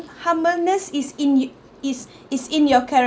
harmonious is in is is in your